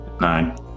Nine